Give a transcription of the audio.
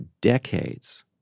decades